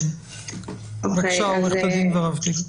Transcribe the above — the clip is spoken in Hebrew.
כן, בבקשה, עורכת הדין ורהפטיג.